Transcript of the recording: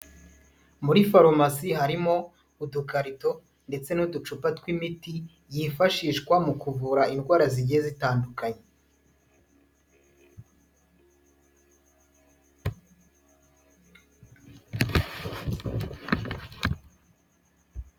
Muri farumasi harimo udukarito ndetse n'uducupa tw'imiti yifashishwa mu kuvura indwara zigiye zitandukanye.